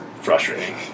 frustrating